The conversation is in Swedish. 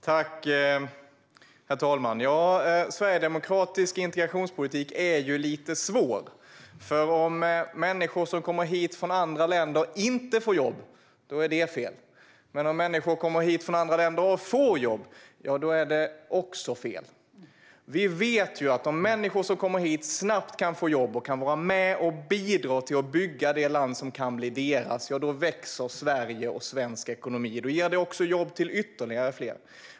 Herr talman! Sverigedemokratisk integrationspolitik är lite svår. Om människor som kommer hit från andra länder inte får jobb är det fel, men om människor kommer hit från andra länder och får jobb är det också fel. Vi vet att om människor som kommer hit snabbt kan få jobb och kan vara med och bidra till att bygga det land som kan bli deras växer Sverige och svensk ekonomi, och det ger jobb till ytterligare fler.